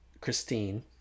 Christine